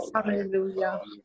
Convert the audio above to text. Hallelujah